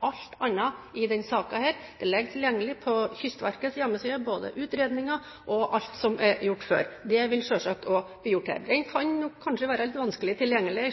alt annet i denne saken. På Kystverkets hjemmeside ligger utredningen tilgjengelig. Alt som er gjort før, vil selvsagt bli gjort her. Jeg ser at den kan være litt vanskelig tilgjengelig,